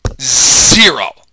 zero